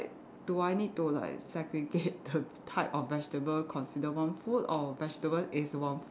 do I need to like segregate the type of vegetable consider one food or vegetable is one food